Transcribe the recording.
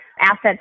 assets